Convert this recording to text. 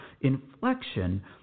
inflection